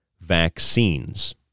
vaccines